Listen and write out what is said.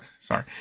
Sorry